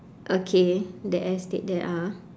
okay the estate there ah